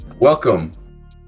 Welcome